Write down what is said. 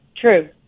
True